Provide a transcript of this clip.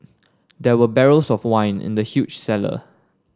there were barrels of wine in the huge cellar